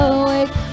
awake